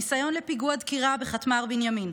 ניסיון לפיגוע דקירה בחטמ"ר בנימין,